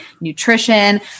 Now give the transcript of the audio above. nutrition